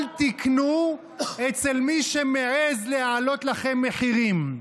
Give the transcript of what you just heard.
אל תקנו אצל מי שמעז להעלות לכם מחירים.